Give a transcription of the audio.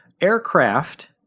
Aircraft